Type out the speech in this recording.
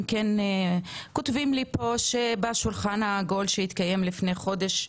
הם כן כותבים לי פה שבשולחן העגול שהתקיים לפני חודש,